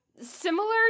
similar